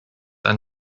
are